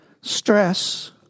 Stress